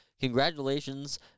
congratulations